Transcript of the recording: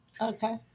Okay